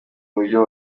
buryo